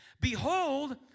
Behold